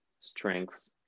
strengths